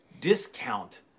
discount